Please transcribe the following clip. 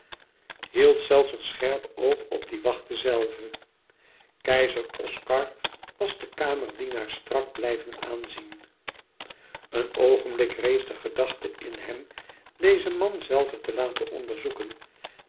hield zelfs een scherp oog op die wachten zelve eizer scar was den kamerdienaar strak blijven aanzien een oogenblik rees de gedachte in hem dezen man zelven te laten onderzoeken